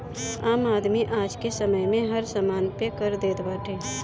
आम आदमी आजके समय में हर समान पे कर देत बाटे